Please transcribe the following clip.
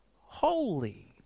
holy